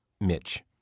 Mitch